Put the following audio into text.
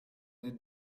the